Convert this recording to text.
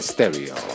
Stereo